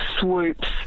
swoops